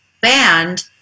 band